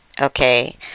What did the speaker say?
Okay